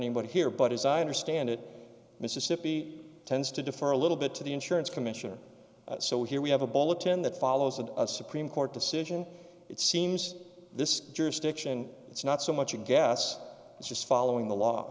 anybody here but as i understand it mississippi tends to defer a little bit to the insurance commissioner so here we have a ball of ten that follows the supreme court decision it seems this jurisdiction it's not so much a guess it's just following the law